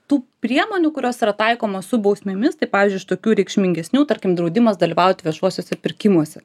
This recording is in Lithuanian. tų priemonių kurios yra taikomos su bausmėmis tai pavyzdžiui iš tokių reikšmingesnių tarkim draudimas dalyvaut viešuosiuose pirkimuose